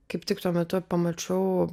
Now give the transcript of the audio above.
kaip tik tuo metu pamačiau